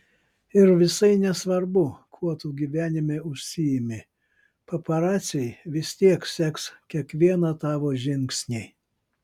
ir visai nesvarbu kuo tu gyvenime užsiimi paparaciai vis tiek seks kiekvieną tavo žingsnį